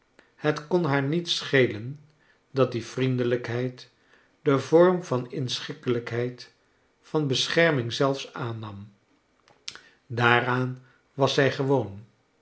het kon haar niet schelen dat die vriendelrjkheid den vorm van inschikkelijkheid van bescherming zelfs aannam daaraan was zij gewoon